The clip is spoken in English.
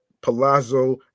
Palazzo